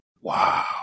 wow